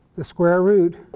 the square root